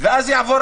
-- ואז יעבור